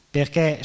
perché